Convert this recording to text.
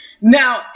Now